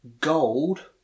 gold